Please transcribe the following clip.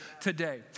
today